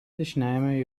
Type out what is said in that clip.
dešiniajame